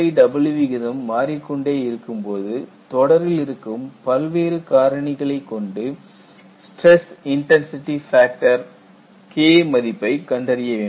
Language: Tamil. aw விகிதம் மாறிக்கொண்டே இருக்கும் போது தொடரில் இருக்கும் பல்வேறு காரணிகளை கொண்டு ஸ்டிரஸ் இன்டன்சிடி ஃபேக்டர் K மதிப்பை கண்டறிய வேண்டும்